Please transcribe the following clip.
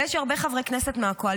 אבל אני מכירה הרבה חברי כנסת מהקואליציה